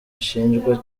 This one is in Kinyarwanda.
ashinjwa